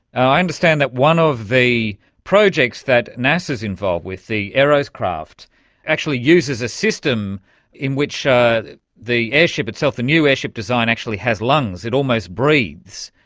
i understand that one of the projects that nasa's involved with the aeroscraft actually uses a system in which ah the airship itself, the new airship design, actually has lungs it almost breathes.